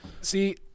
See